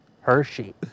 Hershey